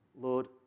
Lord